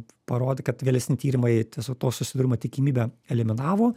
parodė kad vėlesni tyrimai tiesa to susidūrimo tikimybę eliminavo